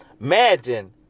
Imagine